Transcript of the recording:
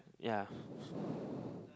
ya